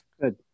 Good